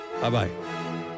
Bye-bye